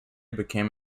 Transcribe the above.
became